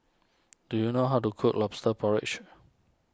do you know how to cook Lobster Porridge